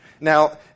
Now